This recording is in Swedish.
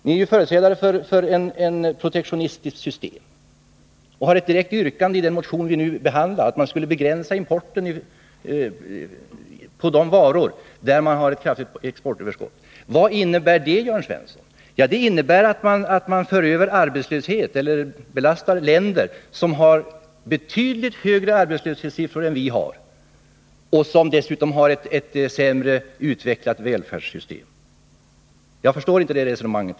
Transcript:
Ni är företrädare för ett protektionistiskt system och har ett direkt yrkande i den motion som nu behandlas — att man skall "begränsa importen av de varor för vilka det råder ett kraftigt exportöverskott. Vad innebär det, Jörn Svensson? Det innebär att man för över arbetslöshet till eller belastar länder som har betydligt högre arbetslöshetssiffror än vi har och som dessutom har ett sämre utvecklat välfärdssystem. Jag förstår inte det resonemanget.